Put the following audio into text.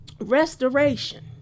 restoration